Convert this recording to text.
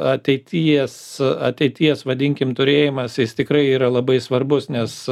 ateities ateities vadinkim turėjimas jis tikrai yra labai svarbus nes